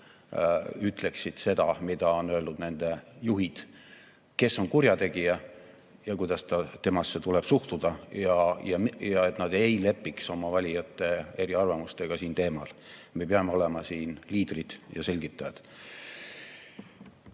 selgelt seda, mida on öelnud nende juhid – kes on kurjategija ja kuidas temasse tuleb suhtuda –, ja et nad ei lepiks oma valijate eriarvamustega sel teemal. Me peame olema siin liidrid ja selgitajad.